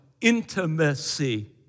intimacy